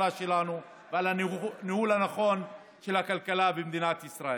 על החוזק של הכלכלה שלנו ועל הניהול הנכון של הכלכלה במדינת ישראל.